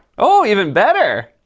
oh, even better!